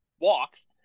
walks